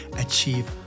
achieve